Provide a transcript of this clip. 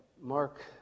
Mark